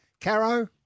Caro